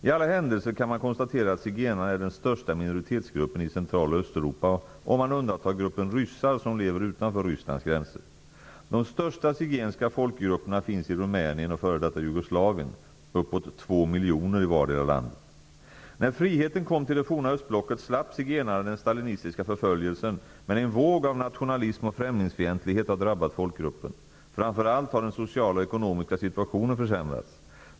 I alla händelser kan man konstatera att zigenarna är den största minoritetsgruppen i Central och Östeuropa om man undantar gruppen ryssar som lever utanför Rysslands gränser. De största zigenska folkgrupperna finns i Rumänien och i f.d. detta När friheten kom till det forna östblocket, slapp zigenarna den stalinistiska förföljelsen, men en våg av nationalism och främlingsfientlighet har drabbat folkgruppen. Framför allt har den sociala och ekonomiska situationen försämrats.